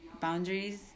boundaries